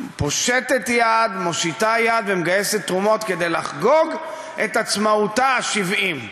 פושטת יד ומושיטה יד ומגייסת תרומות כדי לחגוג את יום עצמאותה ה-70.